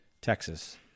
Texas